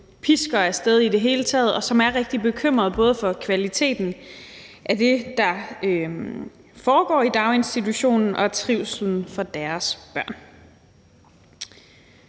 pisker i det hele taget af sted, og de er rigtig bekymrede, både for kvaliteten af det, der foregår i daginstitutionerne, og for trivslen af deres børn.